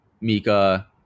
Mika